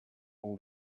all